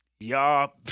Y'all